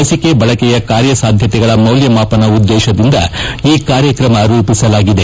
ಲಿಸಿಕೆ ಬಳಕೆಯ ಕಾರ್ಯಸಾಧ್ಯತೆಗಳ ಮೌಲ್ಯಮಾಪನ ಉದ್ದೇಶದಿಂದ ಈ ಕಾರ್ಯಕ್ರಮ ರೂಪಿಸಲಾಗಿದೆ